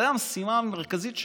זו הייתה המשימה המרכזית שלה.